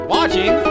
Watching